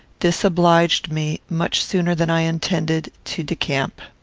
this obliged me, much sooner than i intended, to decamp.